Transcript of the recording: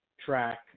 track